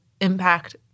impact